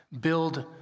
build